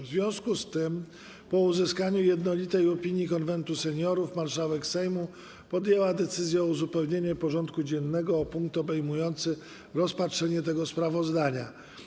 W związku z tym, po uzyskaniu jednolitej opinii Konwentu Seniorów, marszałek Sejmu podjęła decyzję o uzupełnieniu porządku dziennego o punkt obejmujący rozpatrzenie tego sprawozdania.